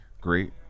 great